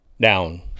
down